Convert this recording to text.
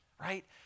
right